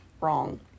wrong